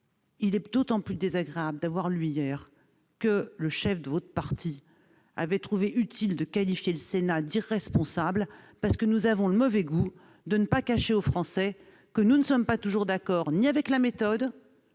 point de vue, il fut désagréable de lire, hier, que le chef de votre parti avait trouvé utile de qualifier le Sénat d'« irresponsable ». En effet, nous aurions eu le mauvais goût de ne pas cacher aux Français que nous ne sommes pas toujours d'accord avec votre méthode,